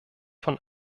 von